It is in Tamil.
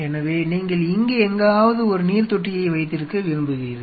எனவே நீங்கள் இங்கே எங்காவது ஒரு நீர்த்தொட்டியை வைத்திருக்க விரும்புகிறீர்கள்